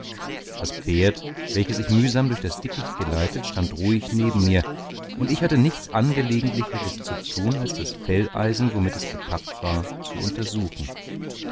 das pferd welches ich mühsam durch das dickicht geleitet stand ruhig neben mir und ich hatte nichts angelegentlicheres zu tun als das felleisen womit es bepackt war zu untersuchen